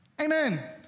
Amen